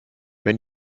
wenn